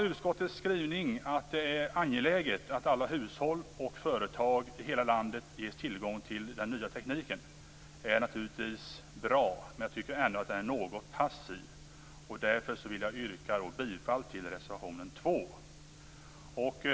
Utskottets skrivning att det är angeläget att alla hushåll och företag i hela landet ges tillgång till den nya tekniken är naturligtvis bra, men den är ändå något passiv. Därför vill jag yrka bifall till reservation 2.